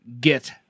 get